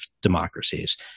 democracies